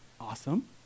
awesome